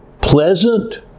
pleasant